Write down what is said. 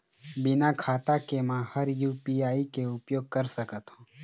बिना खाता के म हर यू.पी.आई के उपयोग कर सकत हो?